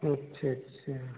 अच्छा अच्छा